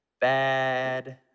Bad